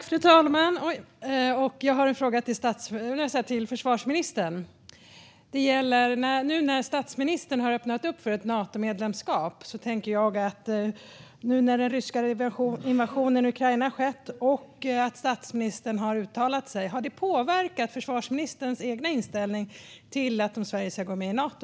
Fru talman! Jag har en fråga till försvarsministern. Nu har ju statsministern öppnat för ett Natomedlemskap. När nu den ryska invasionen i Ukraina har skett och statsministern har uttalat sig om Nato, har detta påverkat försvarsministerns egen inställning när det gäller huruvida Sverige ska gå med i Nato?